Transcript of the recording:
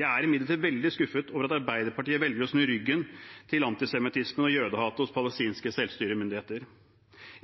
Jeg er imidlertid veldig skuffet over at Arbeiderpartiet velger å snu ryggen til antisemittismen og jødehatet hos palestinske selvstyremyndigheter.